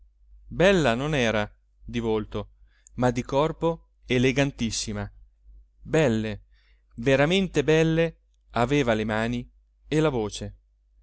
bella non era di volto ma di corpo elegantissima belle veramente belle aveva le mani e la voce